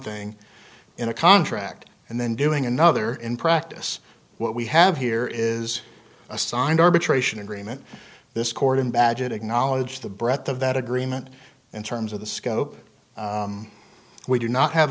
thing in a contract and then doing another in practice what we have here is a signed arbitration agreement this court in badgett acknowledged the breadth of that agreement in terms of the scope we do not have